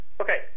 Okay